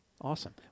Awesome